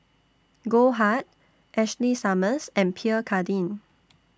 Goldheart Ashley Summers and Pierre Cardin